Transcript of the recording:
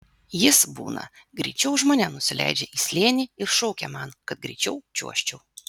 jis būna greičiau už mane nusileidžia į slėnį ir šaukia man kad greičiau čiuožčiau